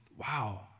wow